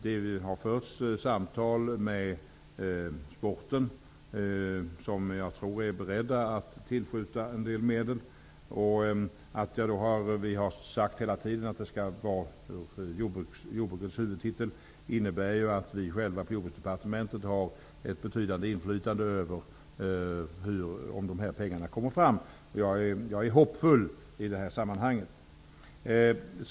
Det har förts samtal med sporten, som jag tror är beredd att tillskjuta medel. Att vi hela tiden har sagt att detta skall ligga under jordbrukets huvudtitel innebär att vi själva på Jordbruksdepartementet har ett betydande inflytande över om de här pengarna kommer fram. Jag är hoppfull i det här sammanhanget.